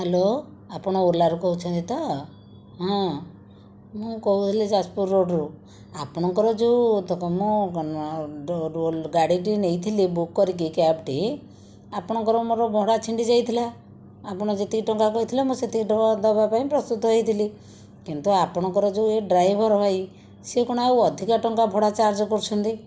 hello ଆପଣ ଓଲାରୁ କହୁଛନ୍ତି ତ ହଁ ମୁଁ କହୁଥିଲି ଯାଜପୁର ରୋଡ଼ରୁ ଆପଣଙ୍କର ଯେଉଁ ଗାଡ଼ିଟି ନେଇଥିଲି ବୁକ୍ କରିକି କ୍ୟାବ୍ଟି ଆପଣଙ୍କର ମୋର ଭଡ଼ା ଛିଣ୍ଡିଯାଇଥିଲା ଆପଣ ଯେତିକି ଟଙ୍କା କହିଥିଲେ ମୁଁ ସେତିକି ଟଙ୍କା ଦେବା ପାଇଁ ପ୍ରସ୍ତୁତ ହୋଇଥିଲି କିନ୍ତୁ ଆପଣଙ୍କର ଯେଉଁ ଏ ଡ୍ରାଇଭର ଭାଇ ସିଏ କଣ ଆଉ ଅଧିକା ଟଙ୍କା ଭଡ଼ା ଚାର୍ଜ କରୁଛନ୍ତି